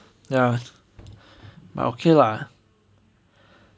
ya but okay [what]